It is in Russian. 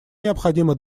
необходимо